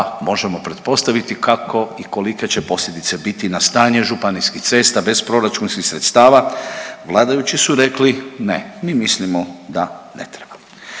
možemo pretpostaviti kako će i kolike će posljedice biti na stanje ŽUC-a bez proračunskih sredstava. Vladajući su rekli ne, mi mislimo da ne treba.